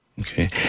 Okay